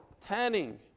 Tanning